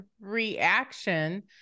reaction